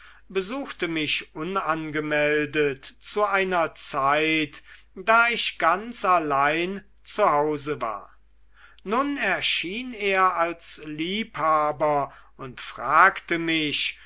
besuchte mich unangemeldet zu einer zeit da ich ganz allein zu hause war nun erschien er als liebhaber und fragte mich